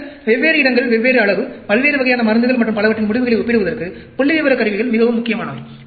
பின்னர் வெவ்வேறு இடங்கள் வெவ்வேறு அளவு பல்வேறு வகையான மருந்துகள் மற்றும் பலவற்றின் முடிவுகளை ஒப்பிடுவதற்கு புள்ளிவிவர கருவிகள் மிகவும் முக்கியமானவை